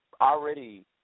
already